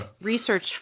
research